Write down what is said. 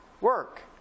work